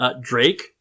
Drake